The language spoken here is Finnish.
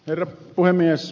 herra puhemies